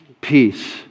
Peace